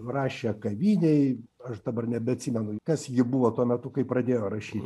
rašė kavinėj aš dabar nebeatsimenu kas ji buvo tuo metu kai pradėjo rašyt